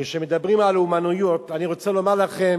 כשמדברים על אומנויות, אני רוצה לומר לכם